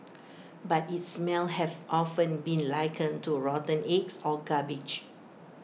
but its smell have often been likened to rotten eggs or garbage